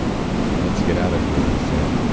let's get out of here i said.